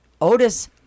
Otis